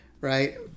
Right